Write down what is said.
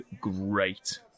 great